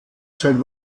sein